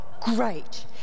great